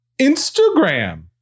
Instagram